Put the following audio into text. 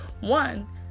One